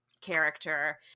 character